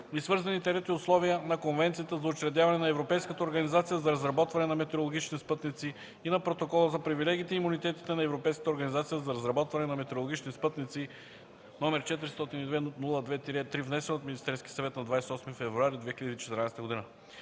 свързаните ред и условия, на Конвенцията за учредяване на Европейската организация за разработване на метеорологични спътници (EUMETSAT) и на Протокола за привилегиите и имунитетите на Европейската организация за разработване на метеорологични спътници (EUMETSAT), № 402-02-3, внесен от Министерския съвет на 28 февруари 2014 г.”